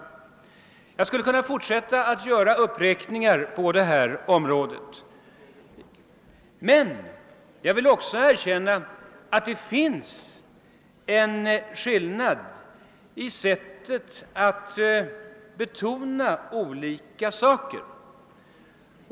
Jag skulle kunna fortsätta denna uppräkning. Men jag vill också erkänna att det finns en skillnad i sättet att betona olika saker.